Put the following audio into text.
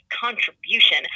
contribution